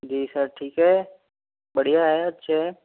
जी sir ठीक है बढ़िया है अच्छे हैं